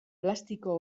plastiko